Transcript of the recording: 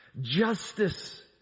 justice